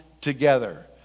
together